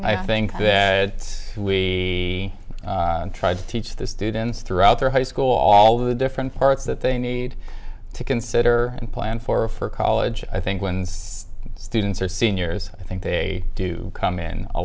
i think that it's we tried to teach the students throughout their high school all the different parts that they need to consider and plan for for college i think when students are seniors i think they do come in a